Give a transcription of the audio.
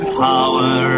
power